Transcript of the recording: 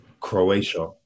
Croatia